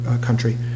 country